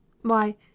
Why